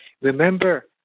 Remember